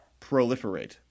proliferate